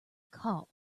cough